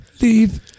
leave